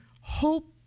hope